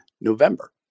November